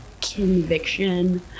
conviction